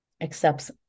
accepts